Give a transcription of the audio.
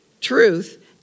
truth